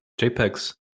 JPEGs